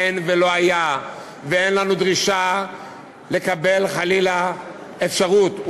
אין ולא היה ואין לנו דרישה לקבל חלילה אפשרות,